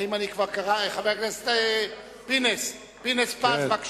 חבר הכנסת פינס-פז, בבקשה,